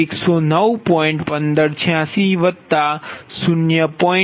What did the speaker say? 03788 તેથી Δλ109